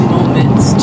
moments